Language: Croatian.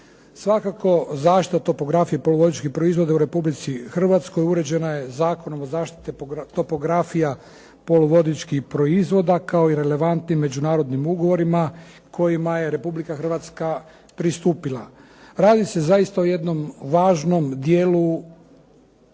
Svakako, zaštita topografije poluvodičkih proizvoda u Republici Hrvatskoj uređena je Zakonom o zaštiti topografija poluvodičkih proizvoda kao i relevantnim međunarodnim ugovorima kojima je Republika Hrvatska pristupila. Radi se zaista o jednom važnom dijelu